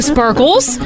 Sparkles